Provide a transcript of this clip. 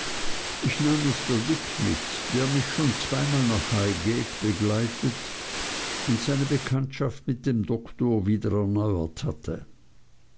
ich nahm mr dick mit der mich schon zweimal nach highgate begleitet und seine bekanntschaft mit dem doktor wieder erneuert hatte